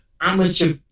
amateur